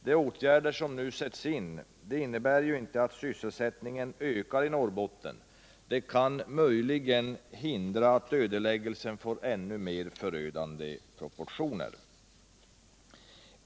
De åtgärder som nu sätts in innebär ju inte att sysselsättningen ökar i Norrbotten —de kan möjligen hindra att ödeläggelsen får ännu mer förödande proportioner.